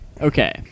Okay